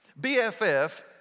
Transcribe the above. BFF